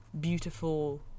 beautiful